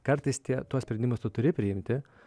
kartais tie tuos sprendimus turi priimti